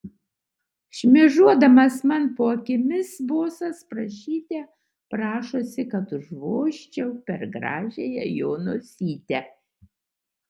šmėžuodamas man po akimis bosas prašyte prašosi kad užvožčiau per gražiąją jo nosytę